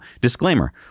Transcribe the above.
disclaimer